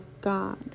God